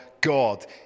God